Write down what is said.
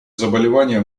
заболевания